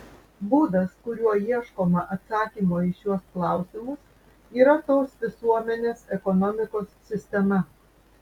būdas kuriuo ieškoma atsakymo į šiuos klausimus yra tos visuomenės ekonomikos sistema